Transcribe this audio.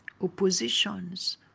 oppositions